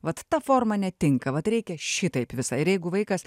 vat ta forma netinka vat reikia šitaip visą ir jeigu vaikas